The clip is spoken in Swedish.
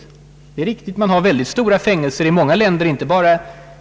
Detta är riktigt — man har väldigt stora fängelser i många länder, inte bara